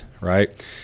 right